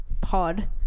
pod